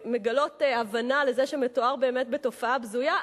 מגלות הבנה לזה שמדובר באמת בתופעה בזויה.